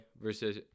versus